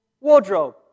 wardrobe